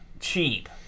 cheap